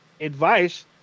advice